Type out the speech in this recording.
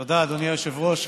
תודה, אדוני היושב-ראש.